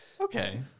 Okay